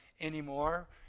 anymore